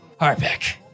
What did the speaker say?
Harbeck